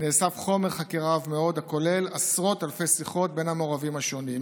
נאסף חומר חקירה רב מאוד הכולל עשרות אלפי שיחות בין המעורבים השונים,